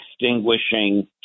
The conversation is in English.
extinguishing